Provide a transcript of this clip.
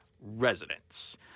residents